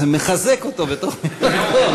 זה מחזק אותו בתוך מפלגתו.